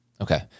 Okay